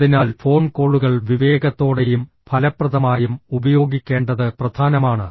അതിനാൽ ഫോൺ കോളുകൾ വിവേകത്തോടെയും ഫലപ്രദമായും ഉപയോഗിക്കേണ്ടത് പ്രധാനമാണ്